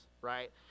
right